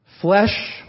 Flesh